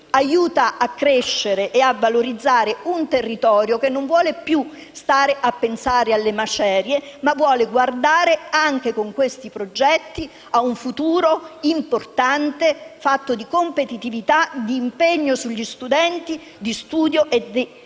aiuta a crescere e a valorizzare un territorio che non vuole più pensare alle macerie, ma vuole guardare, anche con questi progetti, a un futuro importante, fatto di competitività, di impegno sugli studenti, di studio e di